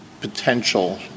potential